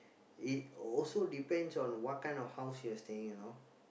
it also depends on what kind of house you're staying you know